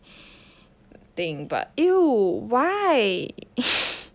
thing but !eww! why